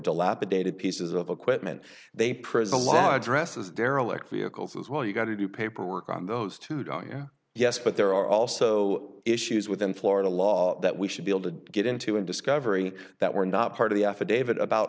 dilapidated pieces of equipment they present law addresses derelict vehicles as well you got to do paperwork on those two don't you yes but there are also issues within florida law that we should be able to get into in discovery that were not part of the affidavit about